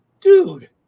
Dude